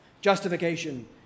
justification